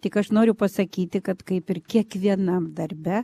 tik aš noriu pasakyti kad kaip ir kiekvienam darbe